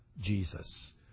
Jesus